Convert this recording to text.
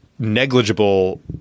Negligible